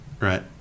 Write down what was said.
right